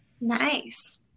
Nice